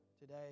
today